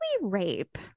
rape